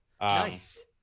nice